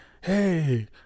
hey